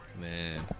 Man